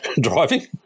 driving